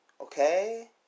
okay